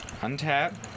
Untap